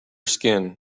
skin